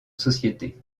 société